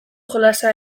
jolasa